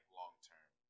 long-term